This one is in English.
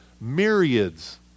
myriads